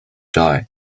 die